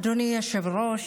אדוני היושב-ראש,